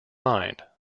mind